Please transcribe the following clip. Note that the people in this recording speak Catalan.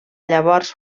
llavors